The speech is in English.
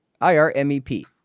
I-R-M-E-P